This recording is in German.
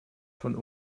von